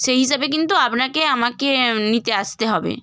সেই হিসেবে কিন্তু আপনাকে আমাকে নিতে আসতে হবে